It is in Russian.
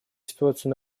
ситуацию